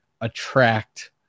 attract